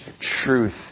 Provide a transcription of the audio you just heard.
truth